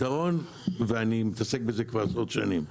ואני מתעסק בזה כבר עשר שנים: